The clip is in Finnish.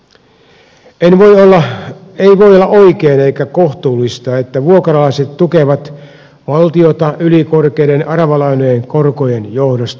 ei voi olla oikein eikä kohtuullista että vuokralaiset tukevat valtiota ylikorkeiden aravalainojen korkojen johdosta